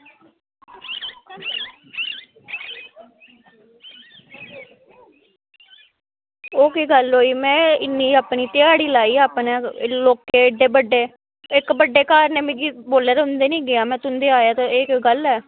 ओह् केह् गल्ल होई में इन्नी अपनी ध्याड़ी लाई अपनै लोकें एड्डे बड्डे इक बड्डे घर ने मिगी बोले दा उं'दे निं गेआ में तुं'दे आया ते एह् कोई गल्ल ऐ